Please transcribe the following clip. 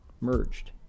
merged